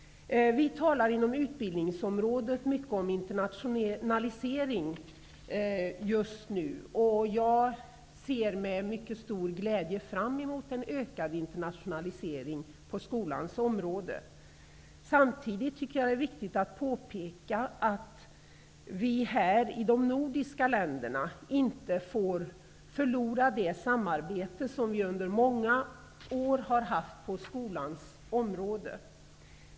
Vi talar inom utbildningsområdet mycket om internationalisering just nu. Jag ser med mycket stor glädje fram emot en ökad internationalisering på skolans område. Samtidigt tycker jag att det är viktigt att påpeka att vi här i de nordiska länderna inte får förlora det samarbete som vi under många år har haft på skolans område.